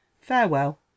Farewell